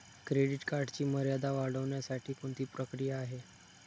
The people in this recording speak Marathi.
क्रेडिट कार्डची मर्यादा वाढवण्यासाठी कोणती प्रक्रिया आहे?